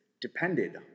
depended